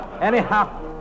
Anyhow